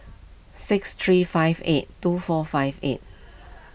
six three five eight two four five eight